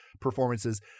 performances